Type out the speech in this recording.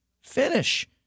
finish